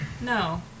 No